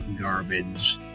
garbage